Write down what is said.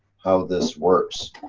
how this works?